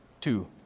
two